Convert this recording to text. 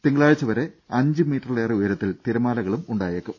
തിങ്കളാഴ്ച വരെ അഞ്ച് മീറ്ററിലേറെ ഉയരത്തിൽ തിരമാലകൾ ഉണ്ടായേക്കും